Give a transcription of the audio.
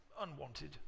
unwanted